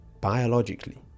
Biologically